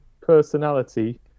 personality